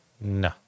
No